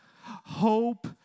Hope